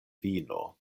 vino